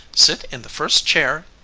sit in the first chair,